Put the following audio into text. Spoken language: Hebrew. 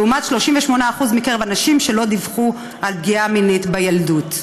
לעומת 38% מקרב הנשים שלא דיווחו על פגיעה מינית בילדות.